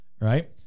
right